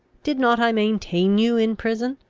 did not i maintain you in prison?